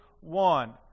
one